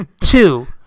two